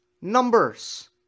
numbers